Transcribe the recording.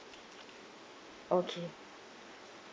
okay